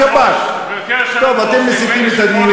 שם מוציאים להורג.